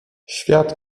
świat